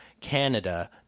Canada